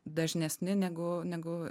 dažnesni negu negu